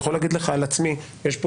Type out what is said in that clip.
אני יכול להגיד לך על עצמי יש פה